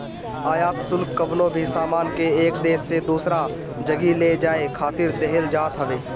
आयात शुल्क कवनो भी सामान के एक देस से दूसरा जगही ले जाए खातिर देहल जात हवे